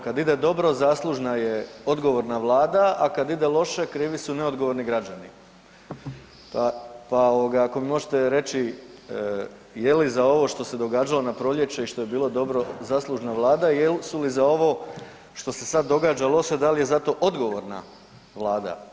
Kad ide dobro, zaslužna je odgovorna Vlada, a kad ide loše, krivi su neodgovorni građani, pa ako mi možete reći, je li za ovo što se događalo na proljeće i što je bilo dobro, zaslužna Vlada i jesu li za ovo što se sad događa loše, da li je zato odgovorna Vlada?